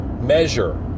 Measure